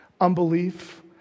unbelief